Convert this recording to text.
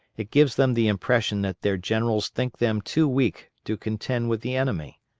it gives them the impression that their generals think them too weak to contend with the enemy.